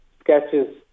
sketches